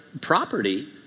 property